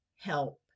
help